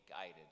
guided